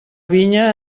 vinya